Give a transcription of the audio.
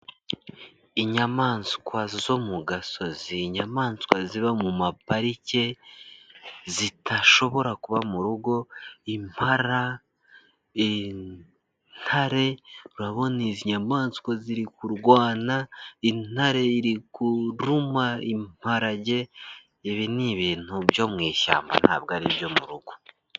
Inyamaswa zo mu gasozi inyamaswa ziba mu maparike zitashobora kuba mu rugo, impara intare urabona izi nyamaswa ziri kurwana intare iri kuruma imparage, ibi ni ibintu byo mu ishyamba ntabwo ari ibyo mu rugo.